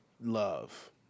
love